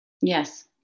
Yes